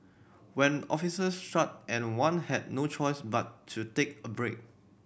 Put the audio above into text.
when offices shut and one had no choice but to take a break